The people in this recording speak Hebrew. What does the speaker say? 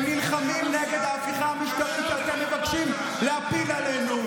הם נלחמים נגד ההפיכה המשטרית שאתם מתעקשים להפיל עלינו.